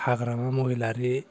हाग्रामा महिलारि